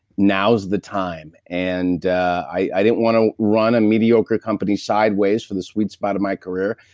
now is the time. and i didn't want to run a mediocre company sideways for the sweet spot of my career.